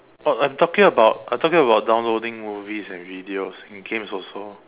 but I'm talking about I'm talking about downloading movies and videos and games also